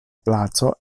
placo